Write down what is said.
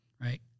right